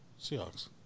Seahawks